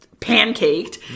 pancaked